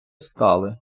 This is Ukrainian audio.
стали